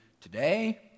today